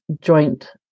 joint